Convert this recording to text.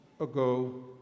ago